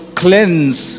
cleanse